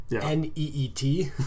N-E-E-T